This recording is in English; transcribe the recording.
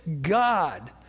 God